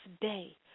day